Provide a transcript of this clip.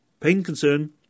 painconcern